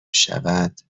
شود